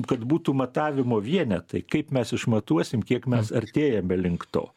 kad būtų matavimo vienetai kaip mes išmatuosim kiek mes artėjame link to